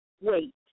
wait